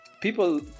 People